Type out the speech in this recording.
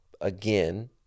again